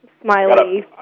smiley